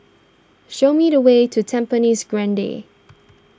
show me the way to Tampines Grande